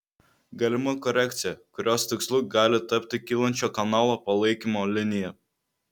galima korekcija kurios tikslu gali tapti kylančio kanalo palaikymo linija